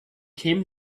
came